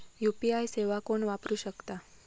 UPI सेवा कोण वापरू शकता?